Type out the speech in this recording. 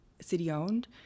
city-owned